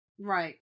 Right